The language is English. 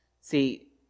See